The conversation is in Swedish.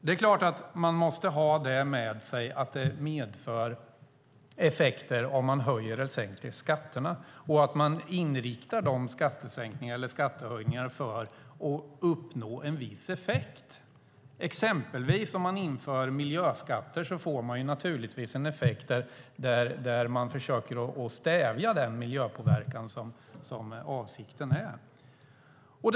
Det är klart att man måste ha det med sig att det medför effekter om man höjer eller sänker skatterna och att man inriktar dessa skattesänkningar eller skattehöjningar på att uppnå en viss effekt. Inför man miljöskatter får man naturligtvis en effekt där man försöker stävja miljöpåverkan, vilket är avsikten.